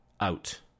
out